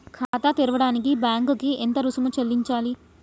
ఖాతా తెరవడానికి బ్యాంక్ కి ఎంత రుసుము చెల్లించాలి?